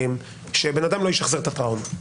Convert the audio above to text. ישחזר את הטראומה.